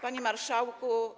Panie Marszałku!